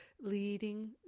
leading